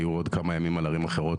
היו עוד כמה ימים על ערים אחרות,